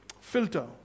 Filter